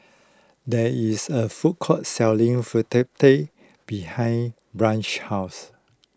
there is a food court selling Fritada behind Branch's house